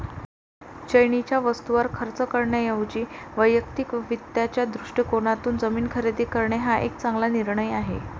चैनीच्या वस्तूंवर खर्च करण्याऐवजी वैयक्तिक वित्ताच्या दृष्टिकोनातून जमीन खरेदी करणे हा एक चांगला निर्णय आहे